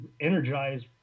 energized